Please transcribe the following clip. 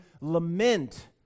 lament